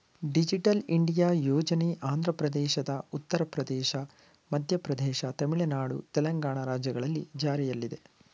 digital India ಯೋಜನೆ ಆಂಧ್ರಪ್ರದೇಶ, ಉತ್ತರ ಪ್ರದೇಶ, ಮಧ್ಯಪ್ರದೇಶ, ತಮಿಳುನಾಡು, ತೆಲಂಗಾಣ ರಾಜ್ಯಗಳಲ್ಲಿ ಜಾರಿಲ್ಲಿದೆ